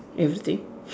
everything